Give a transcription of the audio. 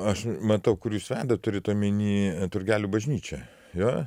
aš matau kur jūs vedat turit omeny turgelių bažnyčią juo